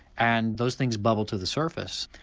and those things bubble to the surface.